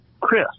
Chris